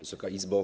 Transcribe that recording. Wysoka Izbo!